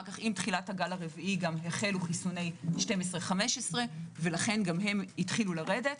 עם תחילת הגל הרביעי החלו חיסוני 12 עד 15. לכן גם הם התחילו לרדת.